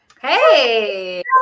Hey